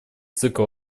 цикл